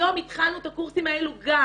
היום התחלנו את הקורסים האלו גם